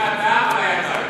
עם הדם על הידיים.